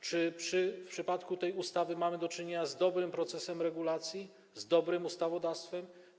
Czy w przypadku tej ustawy mamy do czynienia z dobrym procesem regulacji, z dobrym ustawodawstwem?